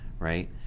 Right